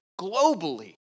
globally